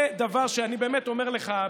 זה דבר שאני באמת אומר לך,